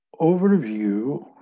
overview